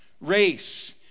race